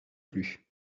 plus